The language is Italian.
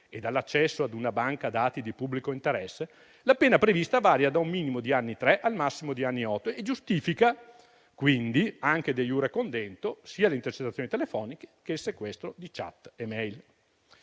e dall'accesso ad una banca dati di pubblico interesse, la pena prevista varia da un minimo di anni tre al massimo di anni otto e giustifica quindi, anche *de iure condendo*, sia le intercettazioni telefoniche che il sequestro di *chat* e *mail*.